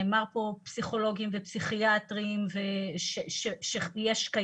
נאמר פה פסיכולוגים ופסיכיאטרים שקיים